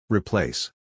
Replace